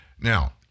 Now